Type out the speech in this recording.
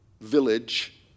village